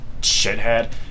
shithead